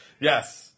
Yes